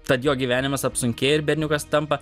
tad jo gyvenimas apsunkėja ir berniukas tampa